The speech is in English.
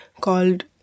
called